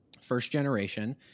first-generation